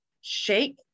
shake